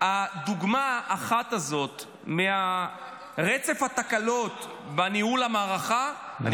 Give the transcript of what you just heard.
הדוגמה האחת הזאת מרצף התקלות בניהול המערכה -- נא לסיים.